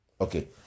okay